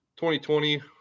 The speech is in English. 2020